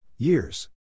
Years